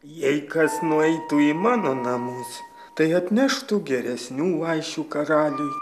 jei kas nueitų į mano namus tai atneštų geresnių vaišių karaliui